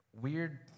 weird